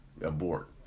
Abort